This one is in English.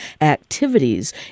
Activities